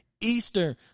Eastern